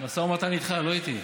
המשא ומתן איתך, לא איתי.